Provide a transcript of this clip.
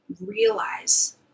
realize